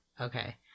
Okay